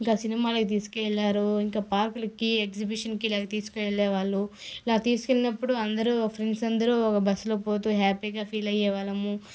ఇంకా సినిమాలకి తీసుకు వెళ్లారు ఇంకా పార్కులకి ఎగ్జిబిషన్కి ఇలా తీసుకు వెళ్లేవాళ్ళు ఇలా తీసుకు వెళ్లినప్పుడు అందరూ ఫ్రెండ్స్ అందరూ బస్సులో పోతూ హ్యాపీగా ఫీలయ్యే వాళ్ళము